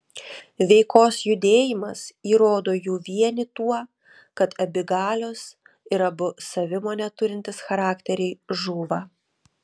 veikos judėjimas įrodo jų vienį tuo kad abi galios ir abu savimonę turintys charakteriai žūva